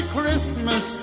Christmas